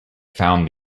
found